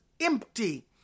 empty